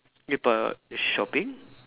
ya but shopping